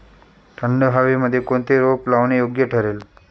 थंड हवेमध्ये कोणते रोप लावणे योग्य ठरेल?